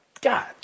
God